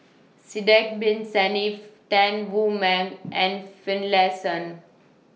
Sidek Bin Saniff Tan Wu Meng and Finlayson